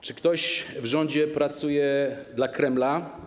Czy ktoś w rządzie pracuje dla Kremla?